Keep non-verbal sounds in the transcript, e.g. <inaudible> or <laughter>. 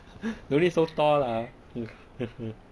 <laughs> no need so tall lah mm 呵呵